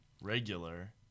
regular